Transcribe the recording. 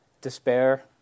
despair